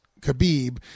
Khabib